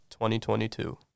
2022